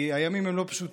כי הימים הם לא פשוטים.